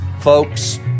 folks